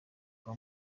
kwa